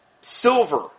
silver